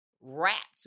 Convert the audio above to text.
wrapped